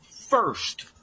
first